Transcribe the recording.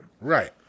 Right